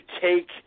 take